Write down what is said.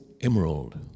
emerald